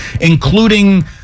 including